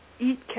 eat